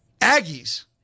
Aggies